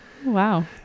Wow